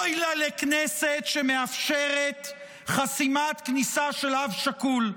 אוי לה לכנסת שמאפשרת חסימת כניסה של אב שכול.